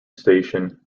station